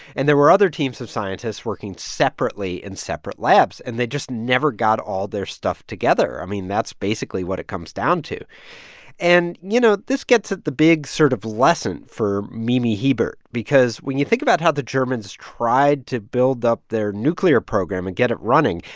and there were other teams of scientists working separately in separate labs. and they just never got all their stuff together. i mean, that's basically what it comes down to and, you know, this gets at the big sort of lesson for mimi hiebert because when you think about how the germans tried to build up their nuclear program and get it running,